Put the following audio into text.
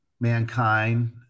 mankind